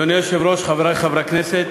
אדוני היושב-ראש, חברי חברי הכנסת,